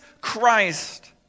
Christ